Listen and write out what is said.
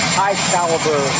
high-caliber